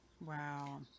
Wow